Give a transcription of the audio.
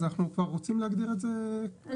אז אנחנו כבר רוצים להגדיר את זה עכשיו.